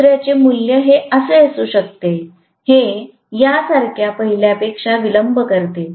दुसर्याचे मूल्य हे असे असू शकते जे यासारख्या पहिल्यापेक्षा विलंब करते